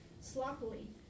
sloppily